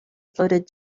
floated